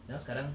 now sekarang